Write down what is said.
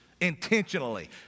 intentionally